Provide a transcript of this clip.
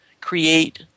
create